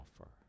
offer